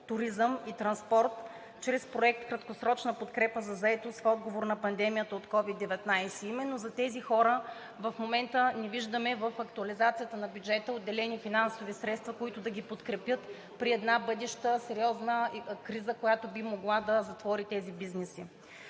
„Туризъм“ и „Транспорт“ чрез проект „Краткосрочна подкрепа за заетост в отговор на пандемията от COVID-19“. Именно за тези хора в момента не виждаме в актуализацията на бюджета отделени финансови средства, които да ги подкрепят при една бъдеща сериозна криза, която би могла да затвори тези бизнеси.